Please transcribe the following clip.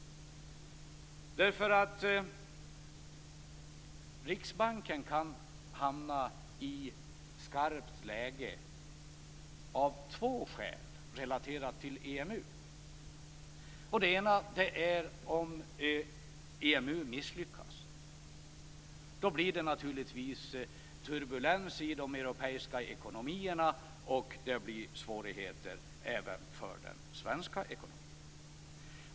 Riksbanken kan nämligen hamna i ett skarpt läge av två skäl; relaterat till EMU. Det ena är om EMU misslyckas. Då blir det naturligtvis turbulens i de europeiska ekonomierna och svårigheter även för den svenska ekonomin.